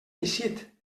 eixit